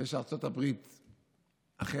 ושארצות הברית אחרת.